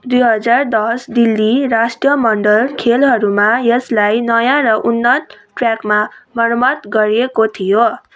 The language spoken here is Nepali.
दुई हजार दस दिल्ली राष्ट्रमण्डल खेलहरूमा यसलाई नयाँ र उन्नत ट्र्याकमा मर्मत गरिएको थियो